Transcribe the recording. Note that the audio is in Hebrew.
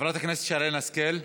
חברת הכנסת שרן השכל,